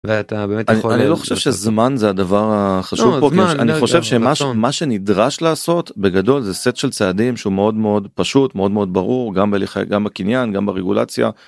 תראה, אתה באמת אתה - אני לא חושב שזמן זה הדבר החשוב אני חושב שמה שמה שנדרש לעשות בגדול זה סט של צעדים שהוא מאוד מאוד פשוט מאוד מאוד ברור גם הליכי גם בקניין גם ברגולציה.